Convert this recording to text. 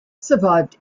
survived